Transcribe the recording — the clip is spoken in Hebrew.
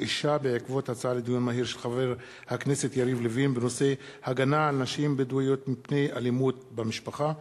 האשה בעקבות דיון מהיר בנושא: הגנה על נשים בדואיות מפני אלימות במשפחה,